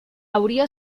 hauria